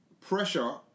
pressure